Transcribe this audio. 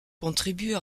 contribuent